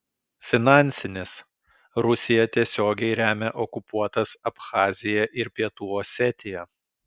finansinis rusija tiesiogiai remia okupuotas abchaziją ir pietų osetiją